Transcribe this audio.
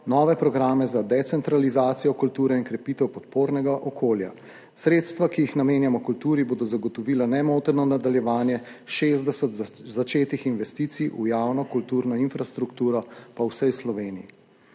nove programe za decentralizacijo kulture in krepitev podpornega okolja. Sredstva, ki jih namenjamo kulturi, bodo zagotovila nemoteno nadaljevanje 60 začetih investicij v javno kulturno infrastrukturo po vsej Sloveniji.